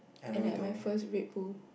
and I had my first Red Bull